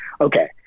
okay